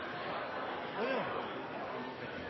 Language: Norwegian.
jeg